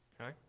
okay